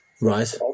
Right